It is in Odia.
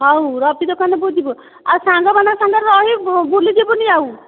ହଉ ରବି ଦୋକାନକୁ ଯିବୁ ଆଉ ସାଙ୍ଗମାନଙ୍କ ସାଙ୍ଗରେ ରହି ଭୁଲିଯିବୁନି ଆଉ